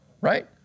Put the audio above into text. right